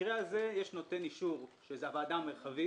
במקרה הזה יש נותן אישור, שזה הוועדה המרחבית,